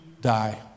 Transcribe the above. die